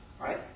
right